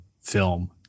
film